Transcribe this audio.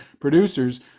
producers